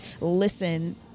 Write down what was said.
listen